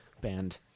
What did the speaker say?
band